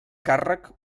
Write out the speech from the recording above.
càrrec